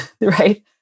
right